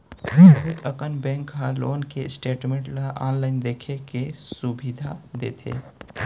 बहुत अकन बेंक ह लोन के स्टेटमेंट ल आनलाइन देखे के सुभीता देथे